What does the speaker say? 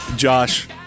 Josh